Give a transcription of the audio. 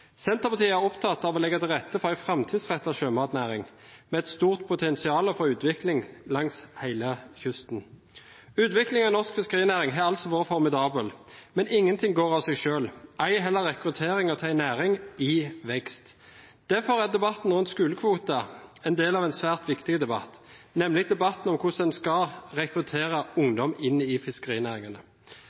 Senterpartiet er opptatt av å legge til rette for en framtidsrettet sjømatnæring med et stort potensial for utvikling langs hele kysten. Utviklingen i norsk fiskerinæring har altså vært formidabel, men ingenting går av seg selv – ei heller rekrutteringen til en næring i vekst. Derfor er debatten rundt skolekvoter en del av en svært viktig debatt, nemlig debatten om hvordan en skal rekruttere ungdom inn i